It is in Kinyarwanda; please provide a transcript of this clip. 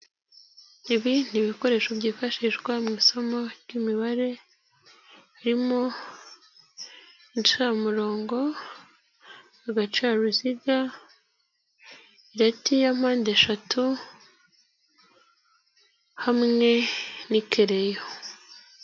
Ibi ni ibikoresho byifashishwa mu isomo ry'imibare harimo incamurongo, agaca uruziga, irate ya mpande eshatu hamwe n'ikereyp.